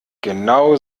genau